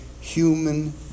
human